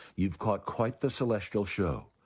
you've caught quite the celestial show.